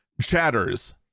chatters